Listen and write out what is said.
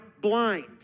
blind